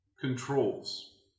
controls